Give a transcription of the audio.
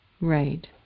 Right